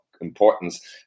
importance